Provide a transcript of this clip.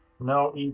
No